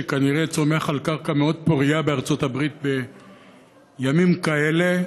שכנראה צומח על קרקע מאוד פורייה בארצות הברית בימים כאלה.